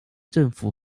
政府